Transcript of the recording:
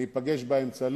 גירעונות.